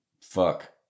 fuck